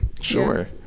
Sure